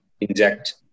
inject